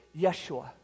Yeshua